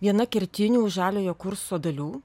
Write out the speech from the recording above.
viena kertinių žaliojo kurso dalių